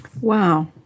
Wow